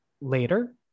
Later